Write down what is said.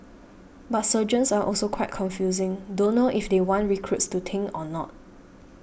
but sergeants are also quite confusing don't know if they want recruits to think or not